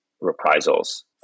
reprisals